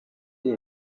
iri